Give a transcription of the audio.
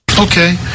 okay